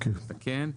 צריך לתקן.